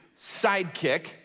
sidekick